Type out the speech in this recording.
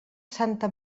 santa